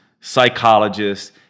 psychologists